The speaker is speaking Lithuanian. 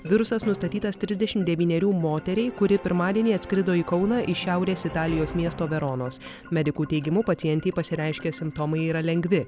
virusas nustatytas trisdešimt devynerių moteriai kuri pirmadienį atskrido į kauną iš šiaurės italijos miesto veronos medikų teigimu pacientei pasireiškę simptomai yra lengvi